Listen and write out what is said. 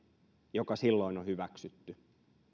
joka silloin on on hyväksytty